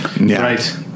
Right